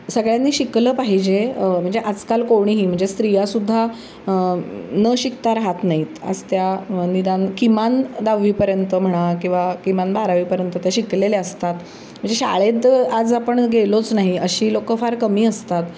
सगळ्यांनी शिकलं पाहिजे म्हणजे आजकाल कोणीही म्हणजे स्त्रियासुद्धा न शिकता राहत नाहीत आज त्या निदान किमान दहावीपर्यंत म्हणा किंवा किमान बारावीपर्यंत त्या शिकलेल्या असतात म्हणजे शाळेत आज आपण गेलोच नाही अशी लोकं फार कमी असतात